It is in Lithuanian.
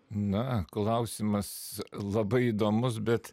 na klausimas labai įdomus bet